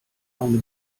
eine